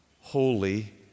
holy